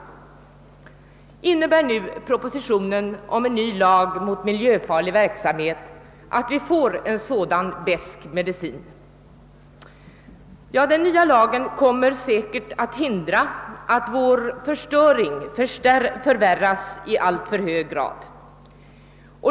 Innebär nu propositionen om en ny lag mot miljöfarlig verksamhet att vi får en sådan besk medicin? Ja, den nya lagen kommer säkert att hindra att förstöringen förvärras i alltför hög grad.